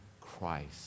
Christ